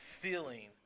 feeling